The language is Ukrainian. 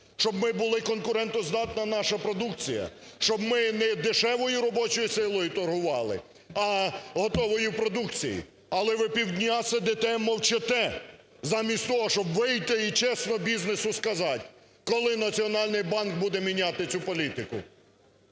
щоб була конкурентоздатна наша продукція. Щоб не дешевою робочою силою торгували, а готовою продукцією. Але ви півдня сидите мовчите, замість того, щоб вийти і чесно бізнесу сказати, коли Національний банк буде міняти цю політику.